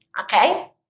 okay